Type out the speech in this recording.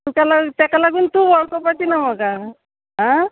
तुका लाग तेका लागून तूं वळखोपाची ना म्हाका आं